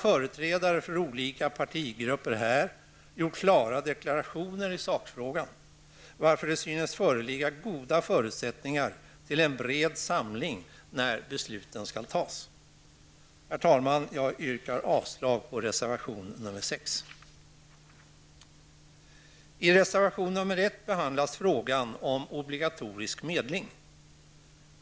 Företrädare för olika partigrupper här har gjort klara deklarationer i sakfrågan, varför det synes föreligga goda förutsättningar för att uppnå en bred samling när besluten skall fattas. Herr talman! Jag yrkar avslag på reservation nr 6. I reservation nr 1 behandlas frågan om obligatorisk medling.